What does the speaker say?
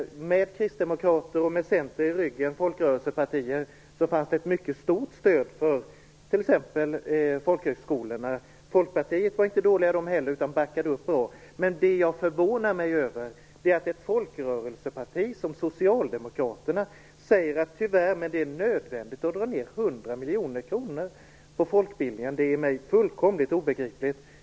Med Kristdemokraterna och Centerpartiet - båda folkrörelsepartier - i ryggen fanns det ett mycket stort stöd för t.ex. folkhögskolorna. Folkpartiet var inte dåligt det heller, utan backade upp bra. Men det jag förvånar mig över är att ett folkrörelseparti som Socialdemokraterna säger att det tyvärr är nödvändigt att dra ned 100 miljoner kronor på folkbildningen. Det är mig fullkomligt obegripligt.